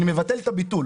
אני מבטל את הביטול.